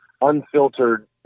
unfiltered